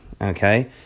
okay